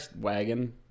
wagon